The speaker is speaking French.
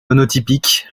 monotypique